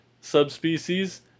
Subspecies